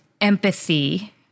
empathy